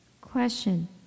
Question